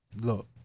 Look